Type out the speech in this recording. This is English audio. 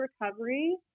recovery